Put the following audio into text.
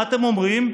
מה אתם אומרים?